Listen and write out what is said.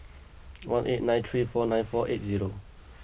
one eight nine three two four nine four seven zero